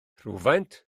rhywfaint